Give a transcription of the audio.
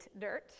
dirt